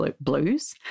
blues